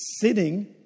Sitting